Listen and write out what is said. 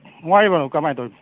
ꯅꯨꯡꯉꯥꯏꯔꯤꯕꯣ ꯀꯃꯥꯏꯅ ꯇꯧꯔꯤ